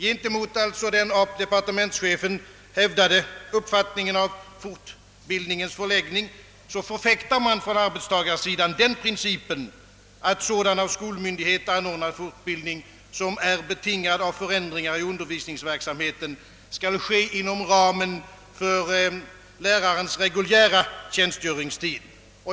Gentemot den av departementschefen hävdade uppfattningen beträffande fortbildningens förläggning «= förfäktar = arbetstagarsidan principen, att sådan av skolmyndighet anordnad fortbildning som är betingad av förändringar av undervisningsverksamheten skall ske inom ramen för lärarens reguljära tjänstgöringstid.